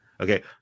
okay